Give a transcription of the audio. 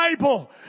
Bible